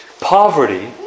Poverty